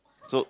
so